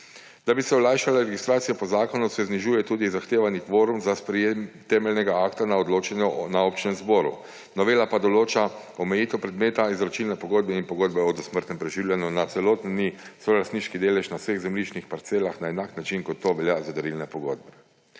Da bi se olajšala registracija po zakonu, se znižuje tudi zahtevani kvorum za sprejetje temeljnega akta na odločanje na občnem zboru. Novela pa določa omejitev predmeta izročilne pogodbe in pogodbe o dosmrtnem preživljanju na celotni solastniški delež na vseh zemljiških parcelah na enak način, kot to veljav za darilne pogodbe.